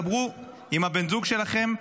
דברו עם בן הזוג שלכם,